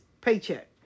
paycheck